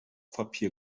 papier